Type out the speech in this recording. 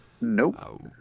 Nope